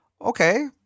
okay